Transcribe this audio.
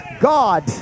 God